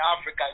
Africa